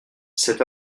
cet